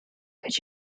could